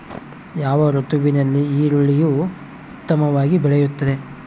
ಯಾವ ಋತುವಿನಲ್ಲಿ ಈರುಳ್ಳಿಯು ಉತ್ತಮವಾಗಿ ಬೆಳೆಯುತ್ತದೆ?